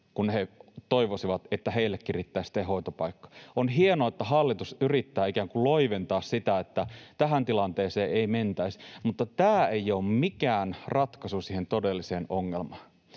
kun he toivoisivat, että heillekin riittäisi tehohoitopaikkoja. On hienoa, että hallitus yrittää ikään kuin loiventaa sitä, että tähän tilanteeseen ei mentäisi, mutta tämä ei ole mikään ratkaisu siihen todelliseen ongelmaan.